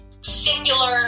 singular